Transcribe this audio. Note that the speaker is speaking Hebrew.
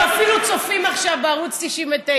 הם אפילו צופים עכשיו בערוץ 99,